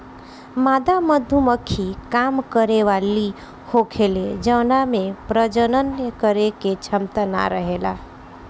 मादा मधुमक्खी काम करे वाली होखेले जवना में प्रजनन करे के क्षमता ना रहेला